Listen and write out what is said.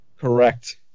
Correct